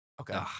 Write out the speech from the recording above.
Okay